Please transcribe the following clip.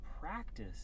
practice